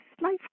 life